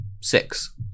six